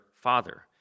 father